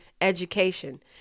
education